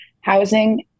housing